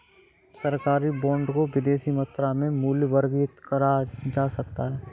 सरकारी बॉन्ड को विदेशी मुद्रा में मूल्यवर्गित करा जा सकता है